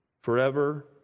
forever